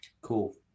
Cool